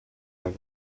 hago